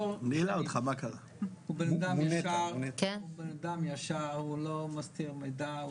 הוא אדם ישר, לא מסתיר מידע.